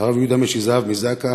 הרב יהודה משי זהב מזק"א,